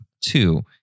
two